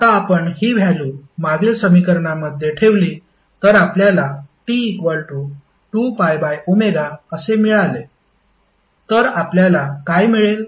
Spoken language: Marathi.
आता आपण हि व्हॅल्यु मागील समीकरणामध्ये ठेवली तर आपल्याला T2πω असे मिळाले तर आपल्याला काय मिळेल